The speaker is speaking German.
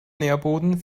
nährboden